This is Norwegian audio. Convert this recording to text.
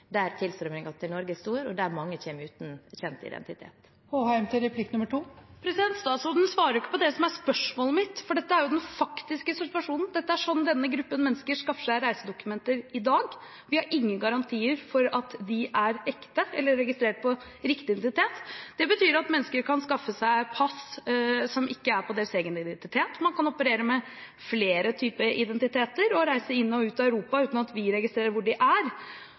til Norge er stor, og der mange kommer uten kjent identitet. Statsråden svarer ikke på det som er spørsmålet mitt, for dette er jo den faktiske situasjonen. Dette er måten denne gruppen mennesker skaffer seg reisedokumenter på i dag. Vi har ingen garantier for at de er ekte eller registrert på riktig identitet. Det betyr at mennesker kan skaffe seg pass som ikke er på deres egen identitet. Man kan operere med flere identiteter og reise inn og ut av Europa uten at vi registrerer hvor de er.